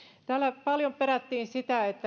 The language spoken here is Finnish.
täällä paljon perättiin sitä